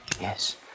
Yes